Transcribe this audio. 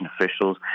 officials